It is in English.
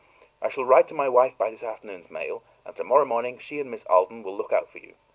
i shall write to my wife by this afternoon's mail, and tomorrow morning she and miss alden will look out for you.